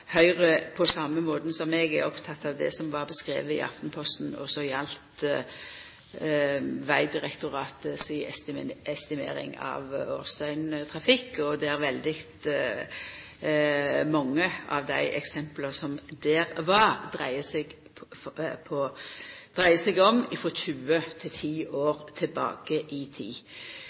Høgre, på same måten som meg, er oppteke av det som var beskrive i Aftenposten, som gjaldt Vegdirektoratet si estimering av årsdøgntrafikk. Veldig mange av dei eksempla der er frå 10–20 år tilbake i tid.